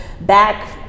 back